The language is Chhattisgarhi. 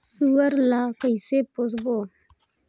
सुअर ला कइसे पोसबो?